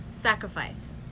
sacrifice